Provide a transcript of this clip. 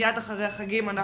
מיד אחרי החגים,